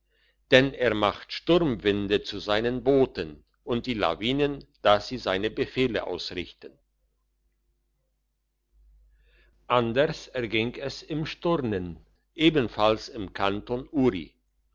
denn er macht sturmwinde zu seinen booten und die lawinen dass sie seine befehle ausrichten anders erging es im sturnen ebenfalls im kanton uri